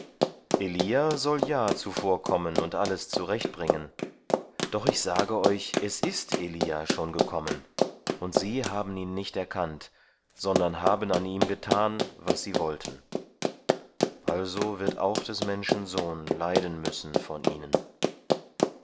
elia soll ja zuvor kommen und alles zurechtbringen doch ich sage euch es ist elia schon gekommen und sie haben ihn nicht erkannt sondern haben an ihm getan was sie wollten also wird auch des menschen sohn leiden müssen von ihnen